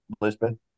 Lisbon